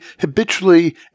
habitually